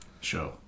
show